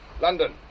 London